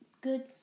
good